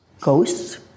Ghosts